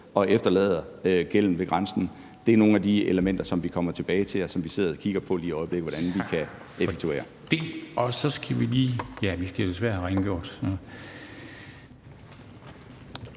og efterlader gælden ved grænsen. Det er nogle af de elementer, som vi kommer tilbage til, og som vi lige i øjeblikket sidder og kigger på hvordan vi kan effektuere.